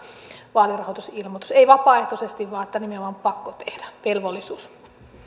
vaalirahoitusilmoitus ei vapaaehtoisesti vaan nimenomaan pakko tehdä velvollisuus